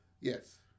Yes